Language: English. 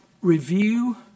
review